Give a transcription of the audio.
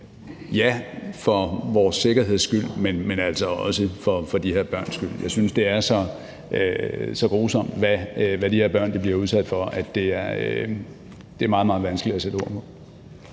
ja, for vores sikkerheds skyld, men altså også for de her børns skyld. Jeg synes, det er så grusomt, hvad de her børn bliver udsat for, at det er meget, meget vanskeligt at sætte ord på.